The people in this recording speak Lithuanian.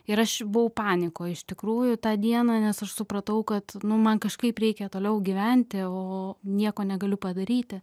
ir aš buvau panikoj iš tikrųjų tą dieną nes aš supratau kad nu man kažkaip reikia toliau gyventi o nieko negaliu padaryti